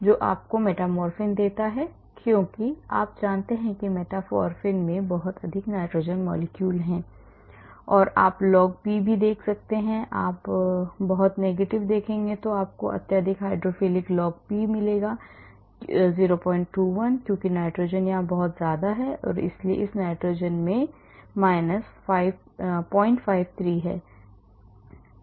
तो यह आपको मेटफ़ॉर्मिन देता है क्योंकि आप जानते हैं कि मेटफ़ॉर्मिन में बहुत अधिक नाइट्रोजन है और आप लॉग पी को देख सकते हैं आप बहुत negative देखेंगे क्योंकि यह अत्यधिक हाइड्रोफिलिक लॉग पी है 021 क्योंकि नाइट्रोजन यहाँ बहुत है इसलिए इस नाइट्रोजन में 53 है